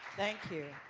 thank you.